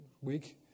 week